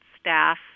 staff